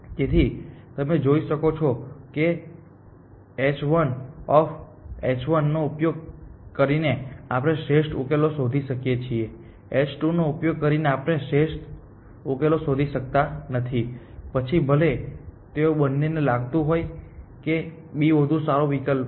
તેથી તમે જોઈ શકો છો કે h1 નો ઉપયોગ કરીને આપણે શ્રેષ્ઠ ઉકેલો શોધી શકીએ છીએ h2 નો ઉપયોગ કરીને આપણે શ્રેષ્ઠ ઉકેલો શોધી શકતા નથી પછી ભલે તેઓ બંનેને લાગતું હોય કે B વધુ સારો વિકલ્પ છે